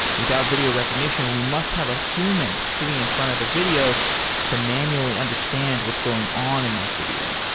without video recognition, we must have a human sitting in front of the video to manually understands what's going on in that video.